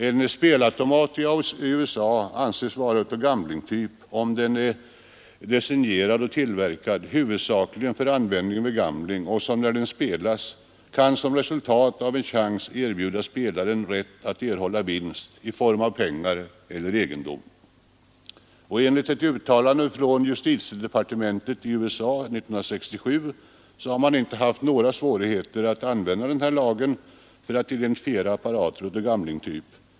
En spelautomat anses i USA vara av gamblingtyp, om den är ”designerad och tillverkad huvudsakligen för användning vid gambling, och som när den spelas kan som resultat av en chans erbjuda spelaren rätt att erhålla vinst i form av pengar eller egendom”. Enligt ett uttalande från justitiedepartementet i USA 1967 har man inte haft några svårigheter att använda denna lag för att identifiera apparater av gamblingtyp.